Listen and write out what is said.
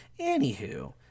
Anywho